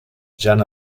jan